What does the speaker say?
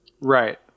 Right